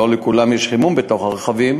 לא לכולם יש חימום בתוך הרכבים,